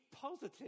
positive